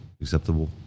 acceptable